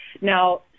Now